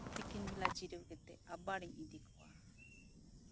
ᱛᱤᱠᱤᱱ ᱵᱮᱲᱟ ᱡᱤᱨᱟᱹᱣ ᱠᱟᱛᱮ ᱟᱵᱟᱨᱤᱧ ᱤᱫᱤ ᱠᱚᱣᱟ